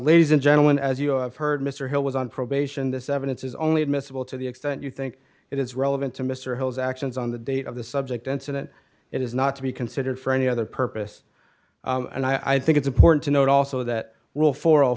ladies and gentlemen as you have heard mr hill was on probation this evidence is only admissible to the extent you think it is relevant to mr hill's actions on the date of the subject and so that it is not to be considered for any other purpose and i think it's important to note also that will for all